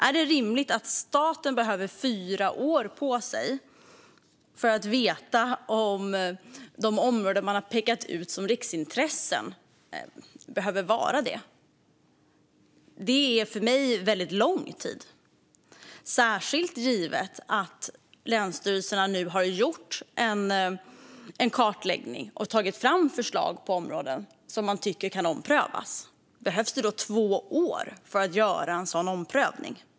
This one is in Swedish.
Är det rimligt att staten behöver fyra år på sig för att få veta om de områden som man har pekat ut som riksintressen behöver vara det? Det är för mig väldigt lång tid, särskilt givet att länsstyrelserna nu har gjort en kartläggning och tagit fram förslag på områden som de tycker kan omprövas. Behövs det då två år för att göra en sådan omprövning?